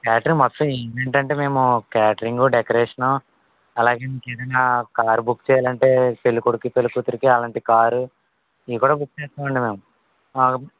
catering మొత్తం event అంటే మేము క్యాటరింగు డెకరేషను అలాగే ఇంకేదన్నా కారు బుక్ చేయాలి అంటే పెళ్ళికొడుకుకి పెళ్ళికూతురికి అలాంటి కారు ఇవి కూడా బుక్ చేస్తామండి మేము